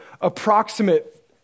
approximate